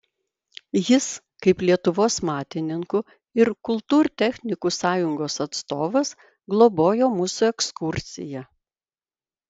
jis kaip lietuvos matininkų ir kultūrtechnikų sąjungos atstovas globojo mūsų ekskursiją